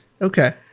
Okay